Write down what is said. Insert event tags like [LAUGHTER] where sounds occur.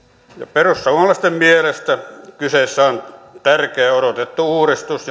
perussuomalaisten mielestä kyseessä on tärkeä ja odotettu uudistus [UNINTELLIGIBLE]